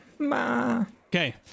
Okay